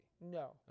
No